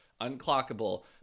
unclockable